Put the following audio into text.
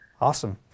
Awesome